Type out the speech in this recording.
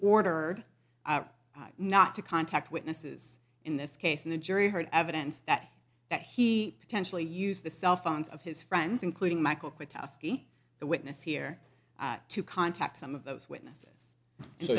ordered not to contact witnesses in this case and the jury heard evidence that that he potentially use the cell phones of his friends including michael pitofsky the witness here to contact some of those witness